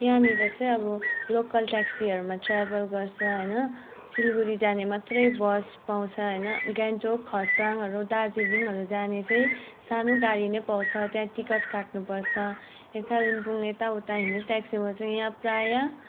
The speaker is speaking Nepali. यहाँनिर चाहिँ अब लोकल ट्याक्सीहरूमा ट्राभल गर्छ होइन सिलगढी जाने मात्रै बस पाउँछ होइन गान्तोक खरसाङहरू दार्जिलिङहरू जाने चाहिँ सानो गाडी नै पाउँछ त्यहाँ टिकट काट्नुपर्छ यहाँ कालिम्पोङ यताउता हिँड्ने ट्याक्सी पाउँछ यहाँ प्रायः